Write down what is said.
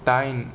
दाइन